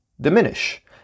diminish